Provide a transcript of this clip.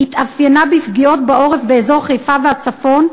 התאפיינה בפגיעות בעורף באזור חיפה והצפון,